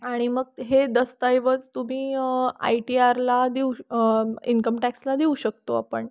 आणि मग हे दस्तऐवज तुम्ही आय टी आरला देऊ इन्कम टॅक्सला देऊ शकतो आपण